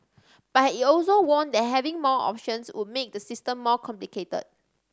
but he also warned that having more options would make the system more complicated